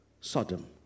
Sodom